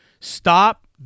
Stop